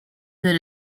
did